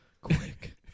Quick